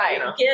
Right